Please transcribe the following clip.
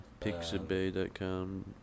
Pixabay.com